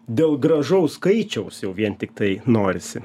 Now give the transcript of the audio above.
dėl gražaus skaičiaus jau vien tiktai norisi